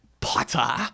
Potter